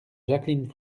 jacqueline